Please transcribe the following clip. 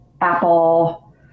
Apple